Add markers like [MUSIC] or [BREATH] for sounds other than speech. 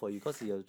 [BREATH]